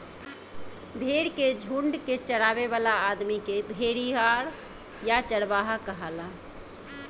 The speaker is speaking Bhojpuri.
भेड़ के झुंड के चरावे वाला आदमी के भेड़िहार या चरवाहा कहाला